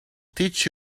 teach